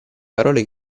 parole